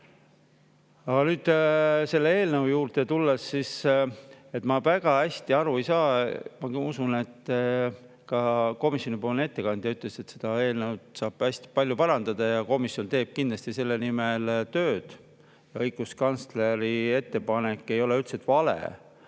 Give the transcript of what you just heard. Aga nüüd selle eelnõu juurde tulles, ma väga hästi aru ei saa. Ma usun, et ka komisjonipoolne ettekandja ütles, et seda eelnõu saab hästi palju parandada ja komisjon teeb kindlasti selle nimel tööd. Õiguskantsleri ettepanek ei ole üldiselt vale,